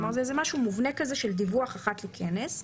כלומר, זה משהו מובנה של דיווח אחת לכנס.